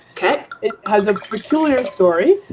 it has a peculiar story.